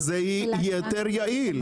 אז יותר יעיל.